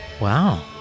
wow